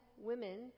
women